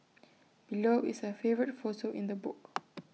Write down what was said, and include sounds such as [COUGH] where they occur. [NOISE] below is her favourite photo in the book [NOISE]